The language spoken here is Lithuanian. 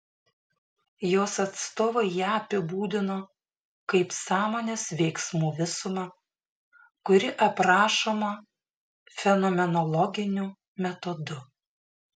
jos atstovai ją apibūdino kaip sąmonės veiksmų visumą kuri aprašoma fenomenologiniu metodu